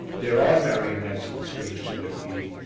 there are marionettes with strings to their feet,